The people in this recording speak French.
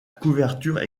couverture